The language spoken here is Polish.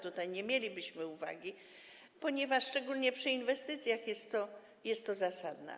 Tutaj nie mielibyśmy uwag, ponieważ szczególnie przy inwestycjach jest to zasadne.